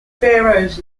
pharaohs